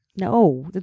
No